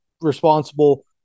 responsible